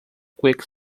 quick